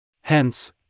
Hence